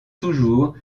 toujours